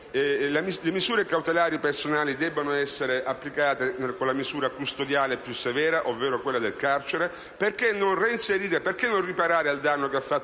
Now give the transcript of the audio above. le misure cautelari personali debbano essere applicate con la misura custodiale più severa, ovvero quella del carcere? Perché non riparare al danno fatto